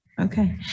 Okay